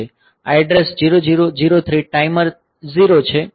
આ address 0003 timer 0 છે 000B છે